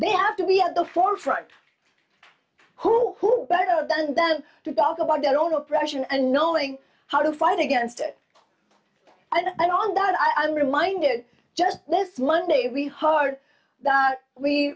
they have to be at the forefront who better than that to talk about their own oppression and knowing how to fight against it and all that i'm reminded just this monday we heard that we